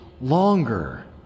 longer